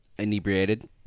inebriated